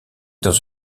dans